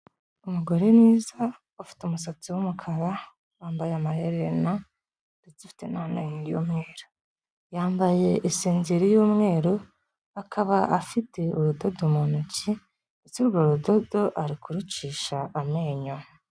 Umugore mwiza, ufite umusatsi w'umukara, wambaye amaherena ndetse ufite n'amenyo y'umweru, yambaye isengeri y'umweru, akaba afite urudodo mu ntoki ndetse urwo rudodo ari kuricisha amenyo.